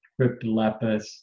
cryptolepis